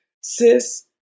sis